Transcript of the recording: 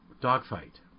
Dogfight